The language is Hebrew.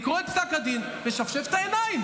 אני קורא את פסק הדין, משפשף את העיניים.